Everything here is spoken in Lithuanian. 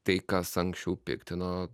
tai kas anksčiau piktino